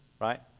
right